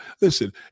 listen